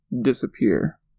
disappear